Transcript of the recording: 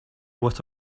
what